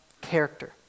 character